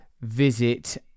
visit